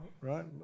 Right